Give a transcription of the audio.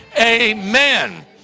Amen